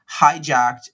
hijacked